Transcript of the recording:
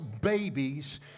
babies